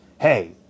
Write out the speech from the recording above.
hey